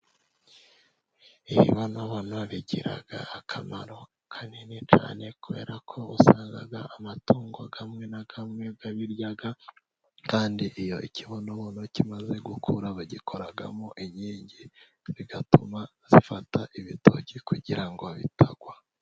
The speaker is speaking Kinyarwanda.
Ibibonobono bigira akamaro kanini cyane kubera ko usanga amatungo amwe na amwe abirya. Kandi iyo ikibonobono kimaze gukura bagikoramo inkingi bigatuma zifata ibitoki kugira ngo bitagwa.